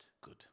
good